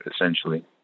essentially